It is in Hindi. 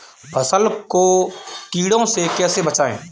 फसल को कीड़ों से कैसे बचाएँ?